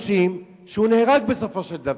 והוא נהרג בסופו של דבר.